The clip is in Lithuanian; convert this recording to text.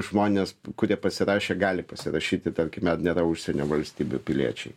žmonės kurie pasirašė gali pasirašyti tarkime nėra užsienio valstybių piliečiai